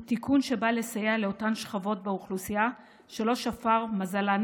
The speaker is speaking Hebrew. הוא תיקון שבא לסייע לאותן שכבות באוכלוסייה שלא שפר עליהן מזלן.